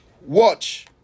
watch